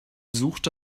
suchte